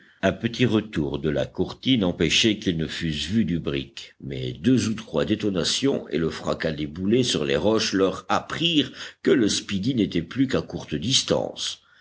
un petit retour de la courtine empêchait qu'ils ne fussent vus du brick mais deux ou trois détonations et le fracas des boulets sur les roches leur apprirent que le speedy n'était plus qu'à courte distance